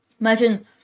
Imagine